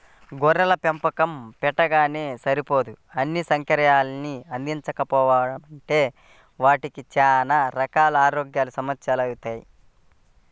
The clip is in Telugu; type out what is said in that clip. గొర్రెల పెంపకం పెట్టగానే సరిపోదు అన్నీ సౌకర్యాల్ని అందించకపోయామంటే వాటికి చానా రకాల ఆరోగ్య సమస్యెలొత్తయ్